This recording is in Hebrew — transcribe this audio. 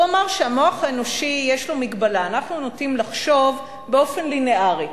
שלמוח האנושי יש מגבלה: אנחנו נוטים לחשוב באופן ליניארי,